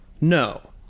No